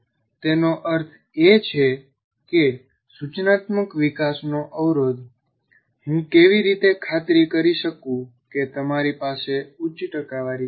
તેનો અર્થ એ છે કે સૂચનાત્મક વિકાસનો અવરોધ હું કેવી રીતે ખાતરી કરી શકું કે તમારી પાસે ઉચ્ચ ટકાવારી છે